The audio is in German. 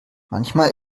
manchmal